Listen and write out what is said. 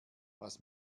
was